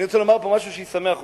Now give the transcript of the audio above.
אני רוצה לומר פה משהו שישמח אותך.